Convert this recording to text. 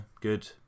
good